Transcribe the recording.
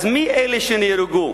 אז מי אלה שנהרגו?